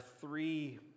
three